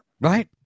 Right